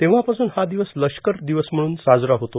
तेव्हापासून हा दिवस लष्कर दिवस म्हणून साजरा होतो